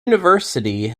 university